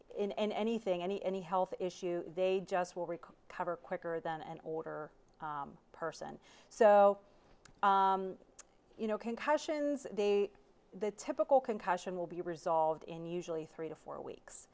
they in anything any any health issue they just will require cover quicker than an order person so you know concussions they the typical concussion will be resolved in usually three to four weeks